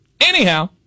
Anyhow